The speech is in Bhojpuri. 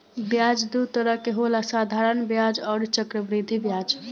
ब्याज दू तरह के होला साधारण ब्याज अउरी चक्रवृद्धि ब्याज